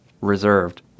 reserved